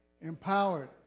empowered